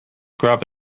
grab